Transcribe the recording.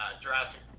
jurassic